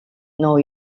know